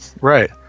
right